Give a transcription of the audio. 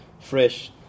fresh